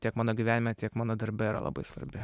tiek mano gyvenime tiek mano darbe yra labai svarbi